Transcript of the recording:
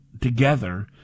together